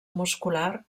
muscular